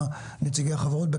נציגי החברות.